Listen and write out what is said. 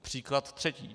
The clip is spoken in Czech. Příklad třetí.